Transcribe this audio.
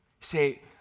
Say